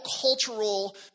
cultural